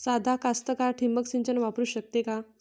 सादा कास्तकार ठिंबक सिंचन वापरू शकते का?